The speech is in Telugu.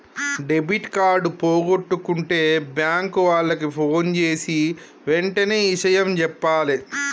డెబిట్ కార్డు పోగొట్టుకుంటే బ్యేంకు వాళ్లకి ఫోన్జేసి వెంటనే ఇషయం జెప్పాలే